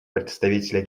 представителя